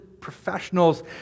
professionals